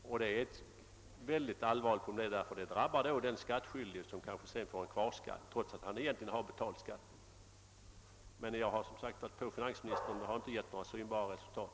Detta är ett allvarligt problem — jag upprepar det — ty förfarandet drabbar den skattskyldige som kanske sedan får kvarskatt, trots att han egentligen har betalt skatten. Jag har som sagt varit på finansministern om saken, men det har inte givit några synbara resultat.